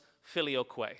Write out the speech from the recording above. filioque